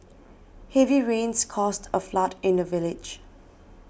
heavy rains caused a flood in the village